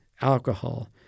alcohol